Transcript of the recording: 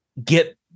get